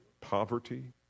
poverty